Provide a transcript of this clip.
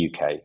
UK